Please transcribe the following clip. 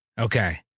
Okay